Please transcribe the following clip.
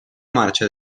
marcia